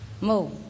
Move